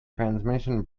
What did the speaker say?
transmission